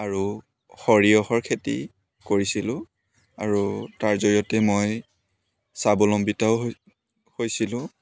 আৰু সৰিয়হৰ খেতি কৰিছিলোঁ আৰু তাৰ জৰিয়তে মই স্বাৱলম্বিতাও হৈ হৈছিলোঁ